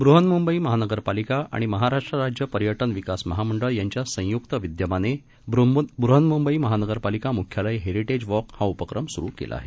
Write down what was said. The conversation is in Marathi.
बृहन्मुंबई महानगरपालिका आणि महाराष्ट्र राज्य पर्यटन विकास महामंडळ यांच्या संयुक्त विद्यमाने बृहन्मुंबई महानगरपालिका मुख्यालय हेरिटेज वॉक हा उपक्रम सुरू केला आहे